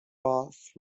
bath